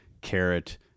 carrot